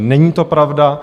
Není to pravda.